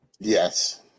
Yes